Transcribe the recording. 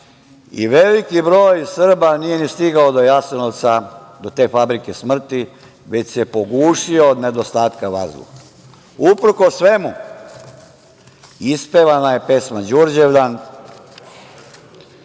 i veliki broj Srba nije stigao do Jasenovca, do te fabrike smrti, već se pogušio zbog nedostatka vazduha. Uprkos svemu, ispevana je pesma Đurđevdan